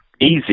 easy